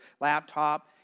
laptop